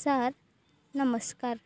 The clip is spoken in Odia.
ସାର୍ ନମସ୍କାର